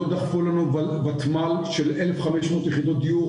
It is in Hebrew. לא דחפו לנו ותמ"ל של 1,500 יחידות דיור